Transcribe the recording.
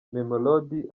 mamelodi